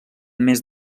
més